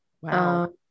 Wow